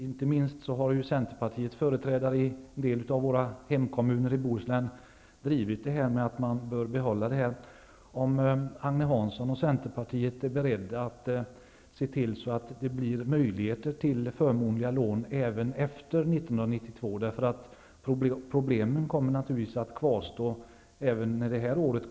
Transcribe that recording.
Inte minst har Centerpartiets företrädare i en del av kommuner i Bohuslän drivit frågan att behålla dessa lån. Är Agne Hansson och Centerpartiet beredda att se till att det blir möjligt till förmånliga lån även efter 1992? Problemen kommer naturligtvis att kvarstå även efter det här året.